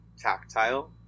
tactile